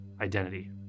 identity